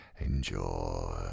Enjoy